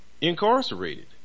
incarcerated